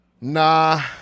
Nah